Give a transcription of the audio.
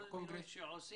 כל מינוי שעושים,